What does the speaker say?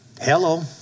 Hello